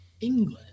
England